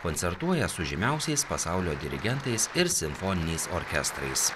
koncertuoja su žymiausiais pasaulio dirigentais ir simfoniniais orkestrais